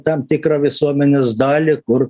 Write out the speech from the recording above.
tam tikrą visuomenės dalį kur